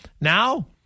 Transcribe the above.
now